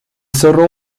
zorro